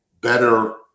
better